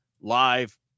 live